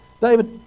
David